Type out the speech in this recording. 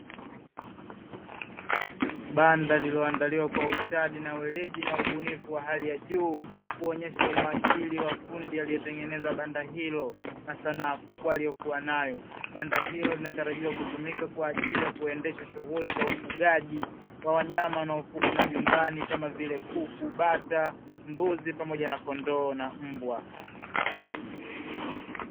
Banda liloandaliwa kwa ustadi na weledi na ubunifu wa hali ya juu, kuonyesha umahiri wa fundi aliyetengeneza banda hilo na sanaa kubwa aliyokuwa nayo banda hilo, linatarajiwa kutumika kwa ajili ya kuendesha shughuli za ufugaji wa wanyama wanaofugwa majumbani kama vile kuku, bata, mbuzi pamoja na kondoo na mbwa.